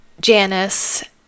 janice